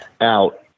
out